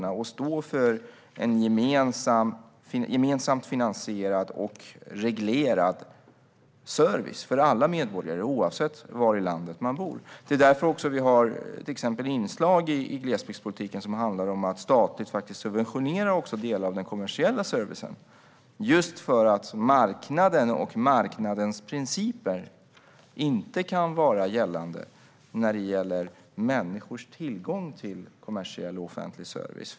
Staten behöver stå för en gemensamt finansierad och reglerad service för alla medborgare, oavsett var i landet de bor. Därför har vi också inslag i glesbygdspolitiken som handlar om att statligt subventionera delar av den kommersiella servicen. Marknaden och marknadens principer kan här inte vara gällande när det handlar om människors tillgång till kommersiell och offentlig service.